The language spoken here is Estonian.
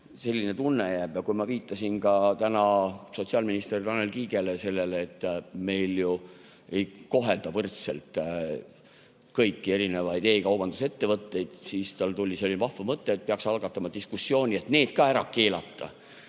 Selline tunne jääb. Ja kui ma viitasin täna sotsiaalminister Tanel Kiigele, sellele, et meil ju ei kohelda võrdselt kõiki erinevaid e-kaubandusettevõtteid, siis tal tuli selline vahva mõte, et peaks algatama diskussiooni, et need ka ära keelata.